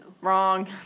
wrong